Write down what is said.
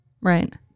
right